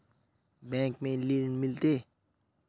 Bank में ऋण मिलते?